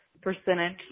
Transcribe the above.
percentage